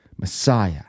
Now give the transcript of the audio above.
Messiah